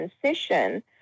transition